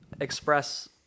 express